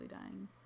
dying